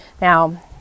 Now